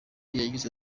yagize